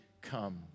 come